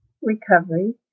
recovery